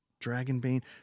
Dragonbane